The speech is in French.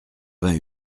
vingt